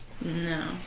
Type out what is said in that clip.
No